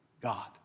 God